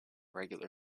regular